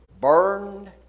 burned